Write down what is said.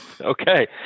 Okay